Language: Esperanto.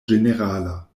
ĝenerala